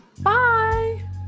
Bye